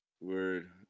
Word